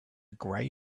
gray